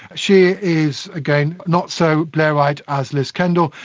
she is, again, not so blairite as liz kendall,